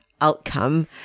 outcome